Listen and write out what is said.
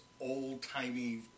old-timey